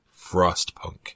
Frostpunk